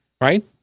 right